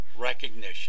recognition